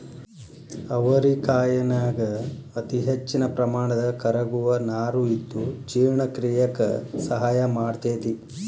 ಅವರಿಕಾಯನ್ಯಾಗ ಅತಿಹೆಚ್ಚಿನ ಪ್ರಮಾಣದ ಕರಗುವ ನಾರು ಇದ್ದು ಜೇರ್ಣಕ್ರಿಯೆಕ ಸಹಾಯ ಮಾಡ್ತೆತಿ